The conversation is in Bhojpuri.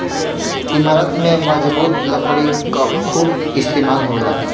इमारत में मजबूत लकड़ी क खूब इस्तेमाल होला